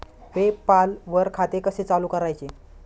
पे पाल वर खाते कसे चालु करायचे